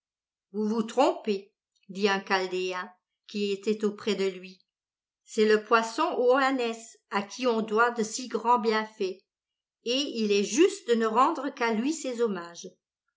vous vous trompez dit un chaldéen qui était auprès de lui c'est le poisson oannès à qui on doit de si grands bienfaits et il est juste de ne rendre qu'à lui ses hommages